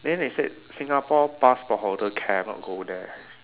then they said Singapore passport holder cannot go there